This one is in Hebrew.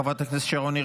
חברת הכנסת שרון ניר,